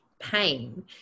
pain